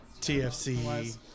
TFC